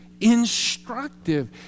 instructive